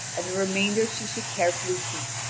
and the remainder she should carefully keep,